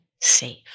safe